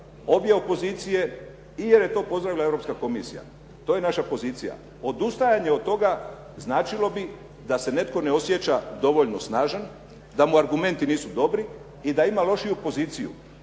obje opozicije i jer je to pozdravila Europska komisija. To je naša pozicija. Odustajanje od toga značilo bi da se netko ne osjeća dovoljno snažan, da mu argumenti nisu dobri i da ima lošiju poziciju.